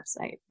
website